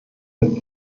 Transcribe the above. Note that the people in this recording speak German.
mit